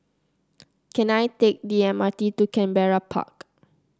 can I take the M R T to Canberra Park